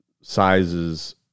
sizes